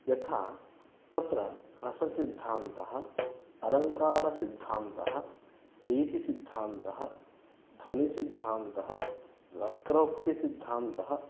यथा तत्र रससिद्धान्तः अलङ्कारसिद्धान्तः रीतिसिद्धान्तः ध्वनिसिद्धान्तः वक्रोक्तिसिद्धान्तः